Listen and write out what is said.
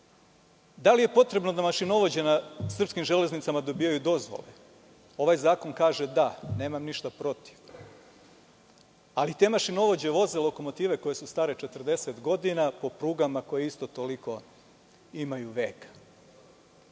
li je potrebno da mašinovođe na srpskim železnicama dobijaju dozvolu? Ovaj zakon kaže – da. Nemam ništa protiv, ali te mašinovođe voze lokomotive koje su stare 40 godina po prugama koje isto toliko imaju veka.